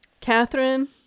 Catherine